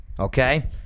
Okay